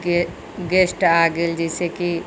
गे गेस्ट आ गेल जैसेकि